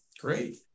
great